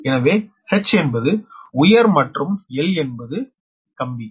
எனவே H என்பது உயர் மற்றும் L என்பது கம்பி